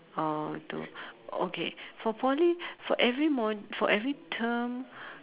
oh to okay for Poly for every mod~ for every term